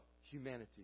humanity